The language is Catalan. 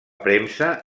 premsa